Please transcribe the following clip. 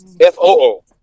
f-o-o